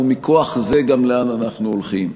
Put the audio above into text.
ומכוח זה גם לאן אנחנו הולכים.